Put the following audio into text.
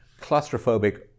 claustrophobic